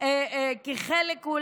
אולי לחלק,